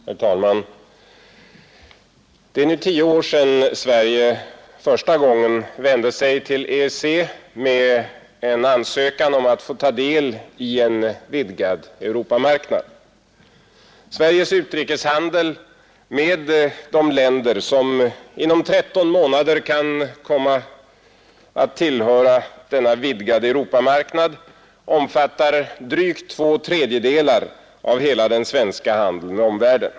Herr talman! Det är nu tio år sedan Sverige första gången vände sig till EEC med en ansökan om att få ta del i en vidgad Europamarknad. Sveriges utrikeshandel med de länder som inom 13 månader kan komma att tillhöra denna vidgade Europamarknad omfattar drygt två tredjedelar av hela den svenska handeln med omvärlden.